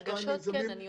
הגשות כן אני יודעת.